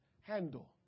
handle